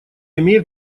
имеет